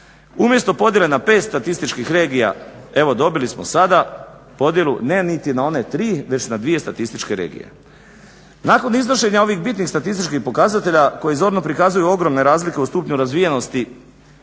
umjesto podjele na pet statističkih regija evo dobili smo sada podjelu ne niti na one tri već na dvije statističke regije. Nakon iznošenja ovih bitnih statističkih pokazatelja koji zorno prikazuju ogromne razlike u stupnju razvijenosti